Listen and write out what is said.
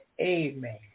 amen